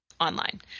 online